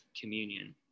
communion